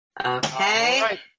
Okay